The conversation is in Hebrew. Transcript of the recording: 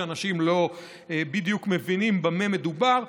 ואנשים לא בדיוק מבינים במה מדובר,